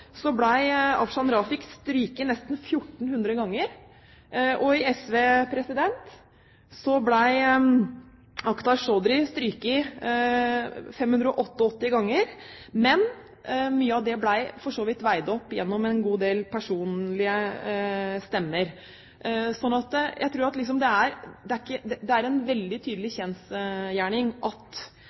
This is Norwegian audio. nesten 1 400 ganger, og i SV ble Akhtar Chaudhry strøket 588 ganger. Men mye av det ble for så vidt veid opp gjennom en god del personlige stemmer. Det er en kjensgjerning, veldig tydelig, at innvandrere systematisk blir strøket. Spørsmålet er: Hvordan skal vi ivareta at ikke